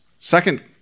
Second